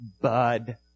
bud